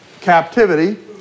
captivity